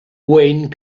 wayne